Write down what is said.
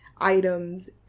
items